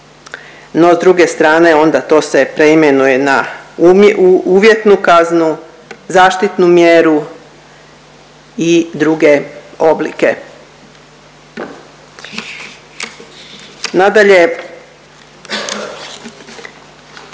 no s druge strane onda to se preimenuje na uvjetnu kaznu, zaštitnu mjeru i druge oblike. Nadalje,